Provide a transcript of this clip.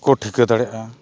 ᱠᱚ ᱴᱷᱤᱠᱟᱹ ᱫᱟᱲᱮᱭᱟᱜᱼᱟ